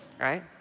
Right